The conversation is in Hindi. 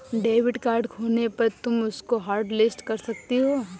डेबिट कार्ड खोने पर तुम उसको हॉटलिस्ट कर सकती हो